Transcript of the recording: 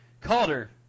Calder